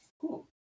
cool